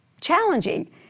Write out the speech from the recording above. challenging